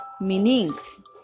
meanings